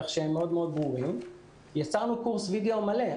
כך שהם ברורים מאוד ויצרנו קורס וידאו מלא.